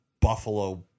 buffalo